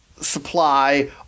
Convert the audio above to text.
supply